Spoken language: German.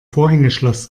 vorhängeschloss